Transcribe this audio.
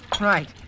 Right